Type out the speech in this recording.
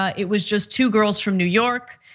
it was just two girls from new york.